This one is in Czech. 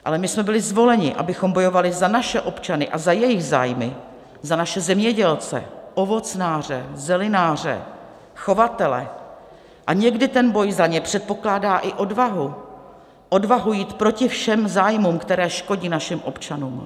Ale my jsme byli zvoleni, abychom bojovali za naše občany a za jejich zájmy, za naše zemědělce, ovocnáře, zelináře, chovatele, a někdy ten boj za ně předpokládá i odvahu odvahu jít proti všem zájmům, které škodí našim občanům.